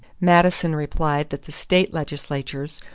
madison replied that the state legislatures,